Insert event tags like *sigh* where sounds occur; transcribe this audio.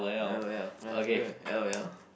l_o_l *noise* l_o_l